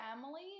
family